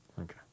Okay